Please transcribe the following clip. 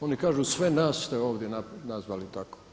Oni kažu sve nas ste ovdje nazvali tako?